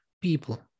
people